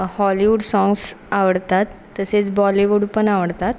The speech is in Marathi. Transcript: हॉलीवूड साँग्स आवडतात तसेच बॉलीवूड पण आवडतात